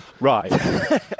Right